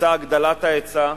רוצה הגדלת ההיצע,